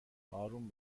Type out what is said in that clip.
آروم